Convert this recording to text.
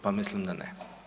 Pa mislim da ne.